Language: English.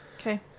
Okay